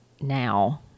now